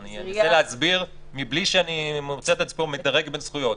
אני מנסה להסביר מבלי שאני מוצא את עצמי פה מדרג בין זכויות,